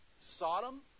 Sodom